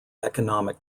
economic